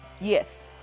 Yes